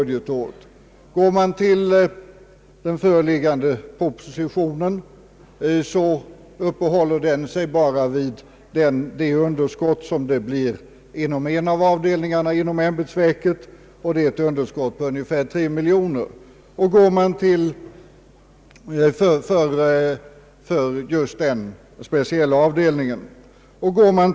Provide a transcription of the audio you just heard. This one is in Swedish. Den föreliggande propositionen däremot uppehåller sig bara vid det underskott som uppstår inom en av avdelningarna inom ämbetsverket. Det är ett underskott på ungefär tre miljoner kronor för just den speciella avdelningen.